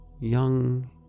Young